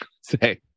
say